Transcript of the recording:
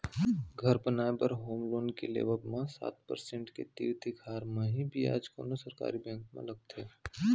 घर बनाए बर होम लोन के लेवब म सात परसेंट के तीर तिखार म ही बियाज कोनो सरकारी बेंक म लगथे